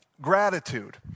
Gratitude